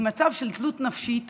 היא מצב של תלות נפשית